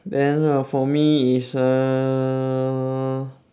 then err for me is err